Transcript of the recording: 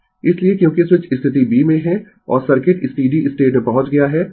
इसलिए क्योंकि स्विच स्थिति b में है और सर्किट स्टीडी स्टेट में पहुंच गया है